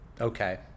Okay